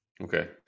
Okay